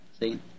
see